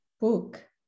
book